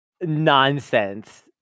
nonsense